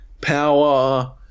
power